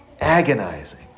agonizing